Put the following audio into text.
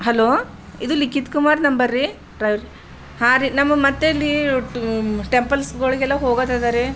hello ಇದು ಲಿಖಿತ್ ಕುಮಾರ್ ನಂಬರ್ರೀ driver ಹಾಂ ರೀ ನಮ್ಮ ಮತ್ತೆ ಒಟ್ಟು ಟೆಂಪಲ್ಸ್ಗಳಿಗೆಲ್ಲ ಹೋಗೋದದರೀ